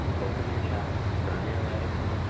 open your chest, firm your legs.